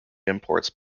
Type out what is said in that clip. imports